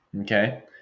Okay